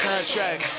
Contract